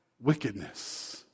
wickedness